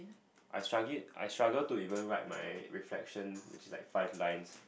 I struggl~ I struggle to even write my reflections which is like five lines